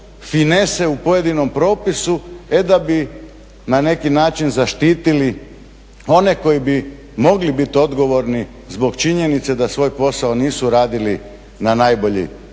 finese u pojedinom propisu e da bi na neki način zaštitili one koji bi mogli biti odgovorni zbog činjenice da svoj posao nisu radili na najbolji